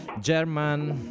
German